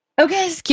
Okay